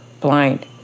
blind